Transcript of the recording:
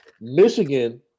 michigan